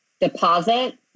deposit